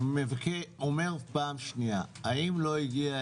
אני אומר פעם שנייה: האם לא הגיעה